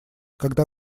когда